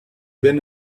been